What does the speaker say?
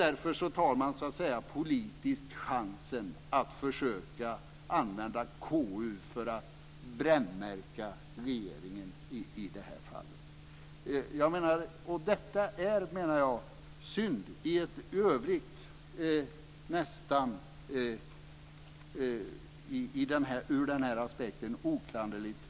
Därför tar man politiskt chansen att försöka använda KU för att brännmärka regeringen i det här fallet. Det här betänkandet är i övrigt ur den här aspekten nästan oklanderligt.